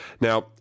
Now